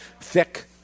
thick